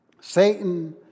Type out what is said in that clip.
Satan